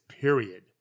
period